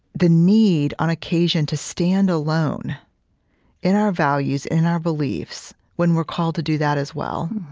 the need, on occasion, to stand alone in our values, in our beliefs, when we're called to do that, as well.